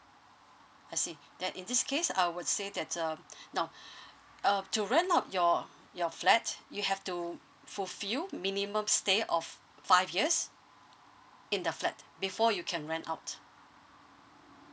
I see then in this case I would say that's uh now uh to rent out your your flat you have to fulfill minimum stay of five years in the flat before you can rent out